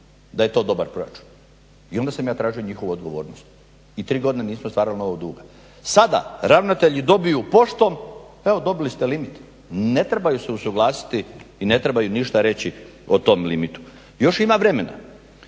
da je to dobar proračun i onda sam ja tražio njihovu odgovornost i tri godine nismo stvarali novog duga. Sada ravnatelji dobiju poštom evo dobili ste limit, ne trebaju se usuglasiti i ne trebaju ništa reći o tom limitu. Još ima vremena,